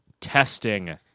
testing